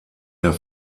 der